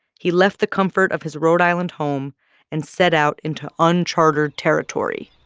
he left the comfort of his rhode island home and set out into unchartered territory